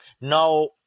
Now